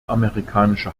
amerikanische